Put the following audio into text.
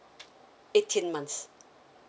eighteen months